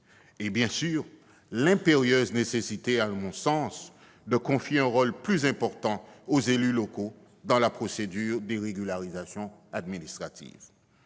économique ; l'impérieuse nécessité, enfin, de confier un rôle plus important aux élus locaux dans la procédure des régularisations administratives.